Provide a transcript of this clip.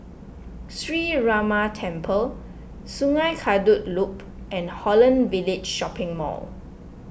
Sree Ramar Temple Sungei Kadut Loop and Holland Village Shopping Mall